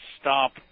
stop